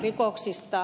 kysyn